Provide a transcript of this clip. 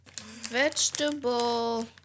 Vegetable